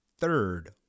third